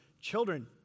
children